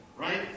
right